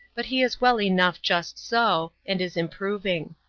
but he is well enough just so, and is improving.